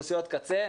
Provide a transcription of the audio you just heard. קצה,